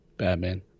Batman